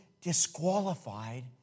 disqualified